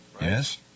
Yes